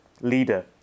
leader